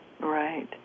Right